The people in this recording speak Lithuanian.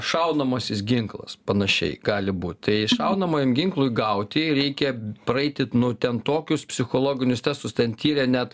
šaunamasis ginklas panašiai gali būt tai šaunamajam ginklui gauti reikia praeiti nu ten tokius psichologinius testus ten tiria net